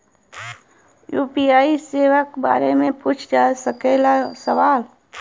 UPI सेवा के बारे में पूछ जा सकेला सवाल?